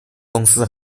公司